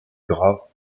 gras